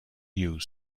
you